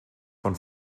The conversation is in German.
von